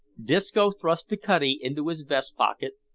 disco thrust the cutty into his vest pocket,